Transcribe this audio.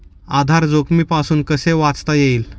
आधार जोखमीपासून कसे वाचता येईल?